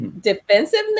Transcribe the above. Defensiveness